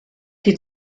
die